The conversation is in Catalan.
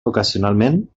ocasionalment